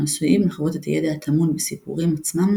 אנו עשויים לחוות את הידע הטמון בסיפורים עצמם